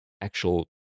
actual